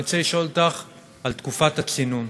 אני רוצה לשאול אותך על תקופת הצינון.